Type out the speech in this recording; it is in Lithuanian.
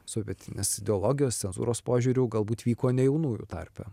sovietinės ideologijos cenzūros požiūriu galbūt vyko ne jaunųjų tarpe